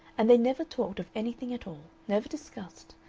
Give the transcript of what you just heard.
and they never talked of anything at all, never discussed,